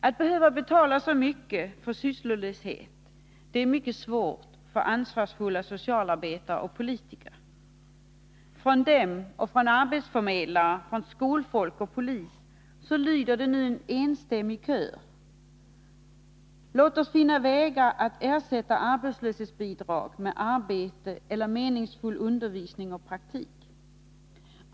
Att behöva betala ut så mycket för sysslolöshet är väldigt svårt för ansvarsfulla socialarbetare och politiker. Från dem och från arbetsförmedlare, skolfolk och polis lyder nu en enstämmig kör: Låt oss finna vägar att ersätta arbetslöshetsbidrag med arbete eller meningsfull undervisning och praktik.